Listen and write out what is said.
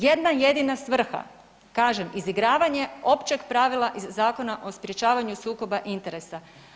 Jedna jedina svrha, kažem, izigravanje općeg pravila iz Zakona o sprječavanju sukoba interesa.